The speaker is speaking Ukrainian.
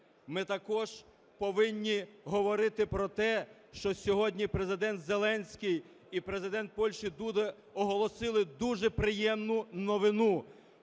Ми також повинні говорити про те, що сьогодні Президент Зеленський і Президент Польщі Дуда оголосили дуже приємну новину